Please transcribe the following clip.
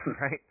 right